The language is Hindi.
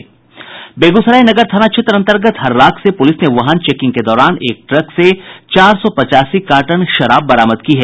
बेगूसराय नगर थाना क्षेत्र अंतर्गत हर्राख से पुलिस ने वाहन चेकिंग के दौरान एक ट्रक से चार सौ पचासी कार्टन विदेशी शराब बरामद की है